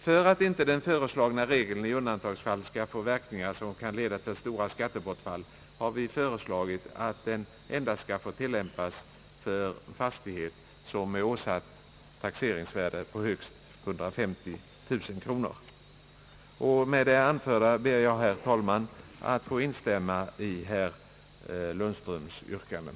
För att inte den föreslagna regeln i undantagsfall skall få verkningar som kan leda till stora skattebortfall har vi föreslagit att den endast skall få tilllämpas för fastighet som är åsatt taxeringsvärde på högst 150 000 kronor. Med det anförda ber jag, herr talman, att få instämma i herr Lundströms yrkanden.